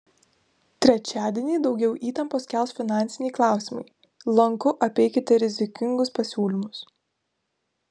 trečiadienį daugiau įtampos kels finansiniai klausimai lanku apeikite rizikingus pasiūlymus